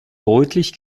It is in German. deutlich